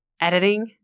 editing